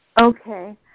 okay